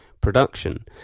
production